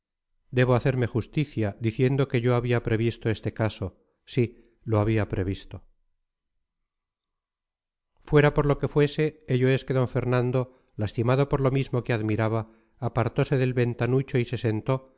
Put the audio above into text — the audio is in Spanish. debo hacerme justicia diciendo que yo había previsto este caso sí lo había previsto fuera por lo que fuese ello es que d fernando lastimado por lo mismo que admiraba apartose del ventanucho y se sentó